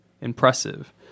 impressive